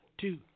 two